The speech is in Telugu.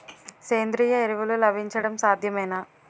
సేంద్రీయ ఎరువులు లభించడం సాధ్యమేనా?